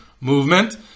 Movement